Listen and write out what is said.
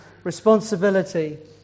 responsibility